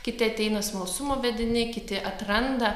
kiti ateina smalsumo vedini kiti atranda